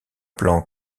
plan